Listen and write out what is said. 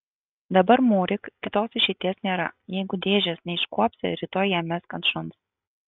dabar mūryk kitos išeities nėra jeigu dėžės neiškuopsi rytoj ją mesk ant šuns